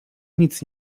nic